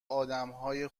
آدمهای